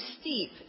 steep